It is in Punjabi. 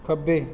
ਖੱਬੇ